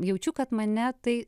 jaučiu kad mane tai